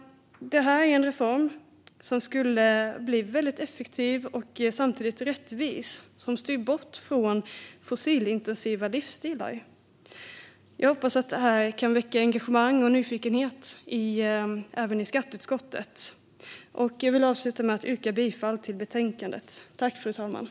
Detta är en reform som skulle bli effektiv och samtidigt rättvis och som styr bort från fossilintensiva livsstilar. Jag hoppas att den kan väcka engagemang och nyfikenhet även i skatteutskottet. Jag vill avsluta med att yrka bifall till utskottets förslag i betänkandet.